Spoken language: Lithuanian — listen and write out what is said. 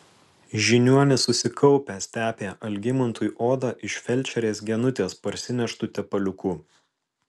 žiniuonis susikaupęs tepė algimantui odą iš felčerės genutės parsineštu tepaliuku